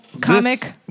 comic